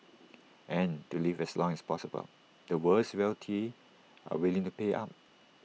and to live as long as possible the world's wealthy are willing to pay up